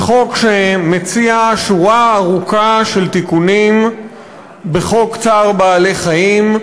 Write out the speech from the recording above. זה חוק שמציע שורה ארוכה של תיקונים בחוק צער בעלי-חיים,